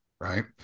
right